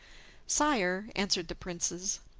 sire, answered the princess,